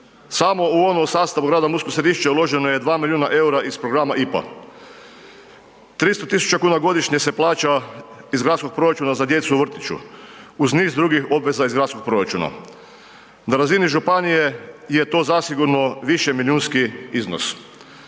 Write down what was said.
Samo u ovom sastavu rada u Mursko Središće uloženo je 2 milijuna EUR-a iz programa IPA. 300.000,00 kn godišnje se plaća iz gradskog proračuna za djecu u vrtiću uz niz drugih obveza iz gradskog proračuna. Na razini županije je to zasigurno višemilijunski iznos.